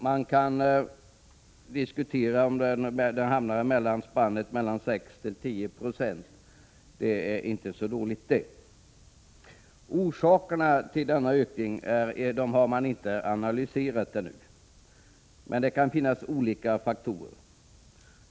Man kan diskutera om det blir en ökning mellan 6 Z och 10 2, och det är inget dåligt resultat. Orsakerna till ökningen har ännu inte analyserats, men man kan tänka sig olika orsaker.